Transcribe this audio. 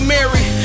Mary